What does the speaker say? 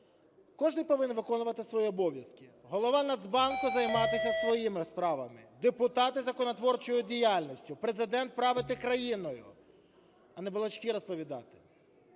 Кожний повинен виконувати свої обов'язки: Голова Нацбанку – займатися своїми справами, депутати – законотворчою діяльністю, Президент – правити країною, а не балачки розповідати.